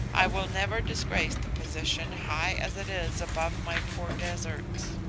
i will never disgrace the position high as it is above my poor deserts.